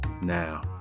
now